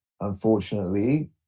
unfortunately